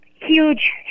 huge